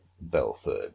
Belford